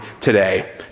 today